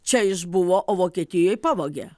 čia išbuvo o vokietijoj pavogė